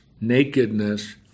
nakedness